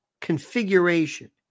configuration